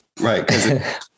right